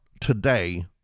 today